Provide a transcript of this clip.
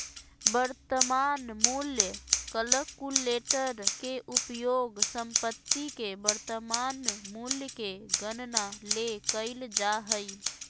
वर्तमान मूल्य कलकुलेटर के उपयोग संपत्ति के वर्तमान मूल्य के गणना ले कइल जा हइ